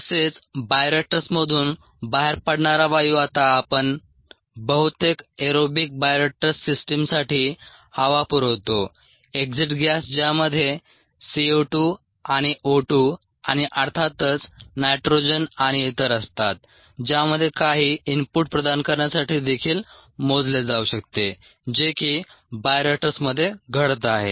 तसेच बायोरिएक्टर्समधून बाहेर पडणारा वायू आता आपण बहुतेक एरोबिक बायोरिएक्टर्स सिस्टीमसाठी हवा पुरवतो एक्झिट गॅस ज्यामध्ये CO2 आणि O2 आणि अर्थातच नायट्रोजन आणि इतर असतात ज्यामध्ये काही इनपुट प्रदान करण्यासाठी देखील मोजले जाऊ शकते जे की बायोरिएक्टर्समध्ये घडत आहे